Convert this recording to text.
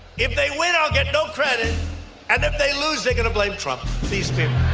if they win, i'll get no credit and if they lose they're going to blame trump.